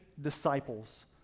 disciples